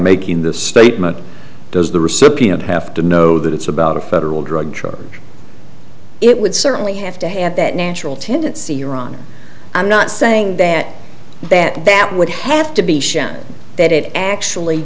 making the statement does the recipient have to know that it's about a federal drug charges it would certainly have to have that natural tendency juran i'm not saying that that that would have to be shown that it actually